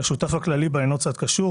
כשהשותף הכללי בהן לא צד קשור,